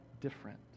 different